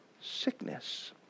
sickness